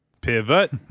Pivot